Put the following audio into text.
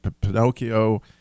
Pinocchio